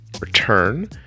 return